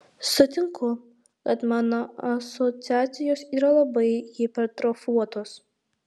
sutinku kad mano asociacijos yra labai hipertrofuotos